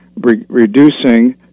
reducing